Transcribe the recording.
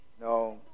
no